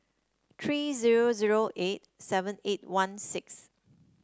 three zero zero eight seven eight one six